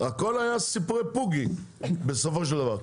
הכל היה סיפורי פוגי בסופו של דבר,